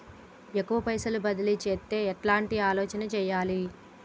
ఎక్కువ పైసలు బదిలీ చేత్తే ఎట్లాంటి ఆలోచన సేయాలి?